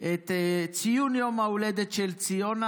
את ציון יום ההולדת של ציונה,